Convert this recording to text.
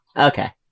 Okay